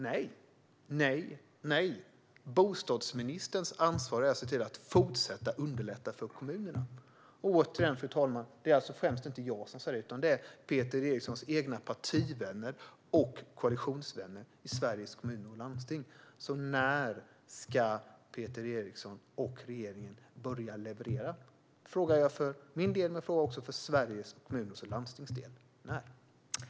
Nej, nej, nej. Bostadsministerns ansvar är att se till att fortsätta underlätta för kommunerna. Återigen, fru talman, vill jag betona att det alltså inte främst är jag som säger det utan Peter Erikssons egna partivänner och koalitionsvänner i Sveriges Kommuner och Landsting. När ska Peter Eriksson och regeringen börja leverera? Jag frågar för min del men också för Sveriges Kommuner och Landstings del.